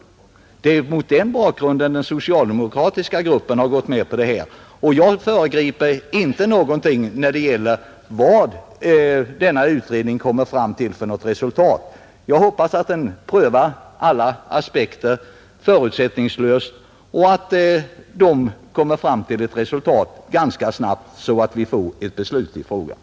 Jag föregriper inte på något sätt de resultat denna utredning kommer fram till. Jag hoppas att den prövar alla aspekter förutsättningslöst och att den kommer fram till ett resultat ganska snabbt, så att vi får ett beslut i frågan.